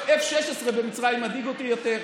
F-16 במצרים מדאיג אותי יותר.